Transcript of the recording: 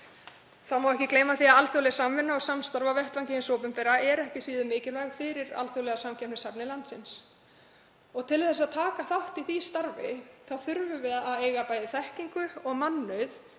Þá má ekki gleyma því að alþjóðleg samvinna og samstarf á vettvangi hins opinbera er ekki síður mikilvæg fyrir alþjóðlega samkeppnishæfni landsins og til að taka þátt í því starfi þurfum við að eiga bæði þekkingu og mannauð